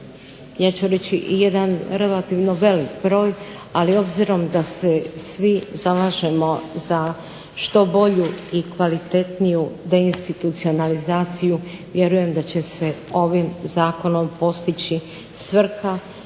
ja ću reći jedan relativno velik broj ali obzirom da se svi zalažemo za što bolju i kvalitetniju deinstitucionalizaciju vjerujem da će se ovim zakonom postići svrha